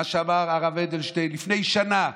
מה אמר הרב אדלשטיין לפני שנה: